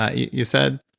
ah you you said?